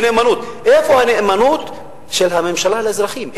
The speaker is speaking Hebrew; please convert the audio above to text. איפה הנאמנות של הממשלה לאזרחים?